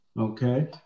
okay